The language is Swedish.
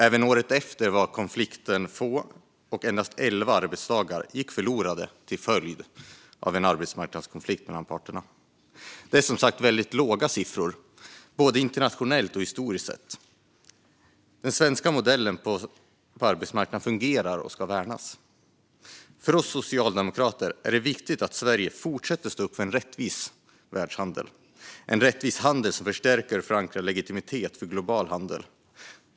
Även året efter var konflikterna få, och endast elva arbetsdagar gick förlorade till följd av arbetsmarknadskonflikt mellan parterna. Detta är som sagt väldigt låga siffror både internationellt och historiskt sett. Den svenska modellen på arbetsmarknaden fungerar och ska värnas. För oss socialdemokrater är det viktigt att Sverige fortsätter att stå upp för en rättvis världshandel. En rättvis handel förstärker och förankrar legitimiteten för global handel.